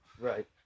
Right